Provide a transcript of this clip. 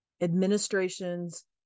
administrations